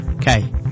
Okay